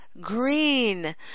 green